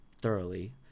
thoroughly